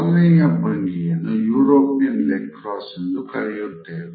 ಮೊದಲನೆಯ ಭಂಗಿಯನ್ನು European leg cross ಎಂದು ಕರೆಯುತ್ತೇವೆ